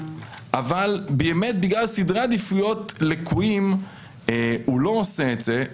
אבל בגלל סדרי עדיפויות לקויים הוא לא עושה את זה,